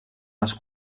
els